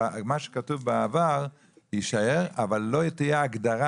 במה שכתוב בעבר יישאר אבל לא תהיה הגדרה